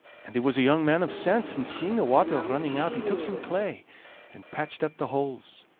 and he was a young man of sense, and seeing the water running out, he took some clay and patched up the holes,